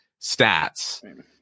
stats